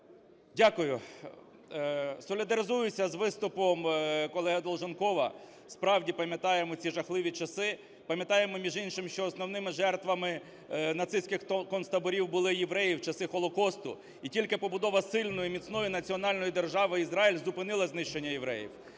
Дякую. Солідаризуюся з виступом колеги Долженкова, справді пам'ятаємо ці жахливі часи. Пам'ятаємо, між іншим, що основними жертвами нацистських концтаборів були євреї в часи Голокосту. І тільки побудова сильної міцної національної держави Ізраїль зупинила знищення євреїв.